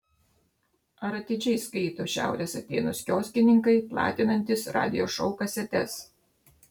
ar atidžiai skaito šiaurės atėnus kioskininkai platinantys radijo šou kasetes